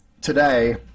Today